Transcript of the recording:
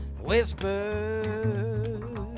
Whispers